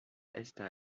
está